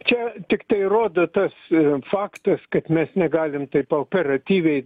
čia tiktai rodo tas faktas kad mes negalim taip operatyviai